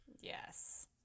Yes